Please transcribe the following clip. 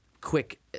quick